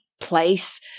place